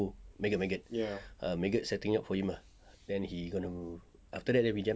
maggot maggot ah maggot setting up for him ah then he gonna after that we jam ah